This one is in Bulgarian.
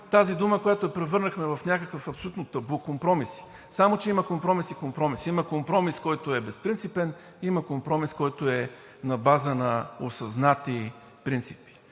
тази дума, която я превърнахме в някакво абсолютно табу – компромиси, само че има компромис и компромис. Има компромис, който е безпринципен. Има компромис, който е на база на осъзнати принципи.